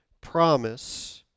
promise